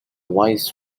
wise